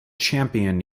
champion